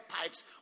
pipes